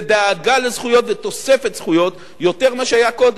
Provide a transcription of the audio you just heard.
זה דאגה לזכויות ותוספת זכויות יותר ממה שהיה קודם.